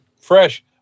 fresh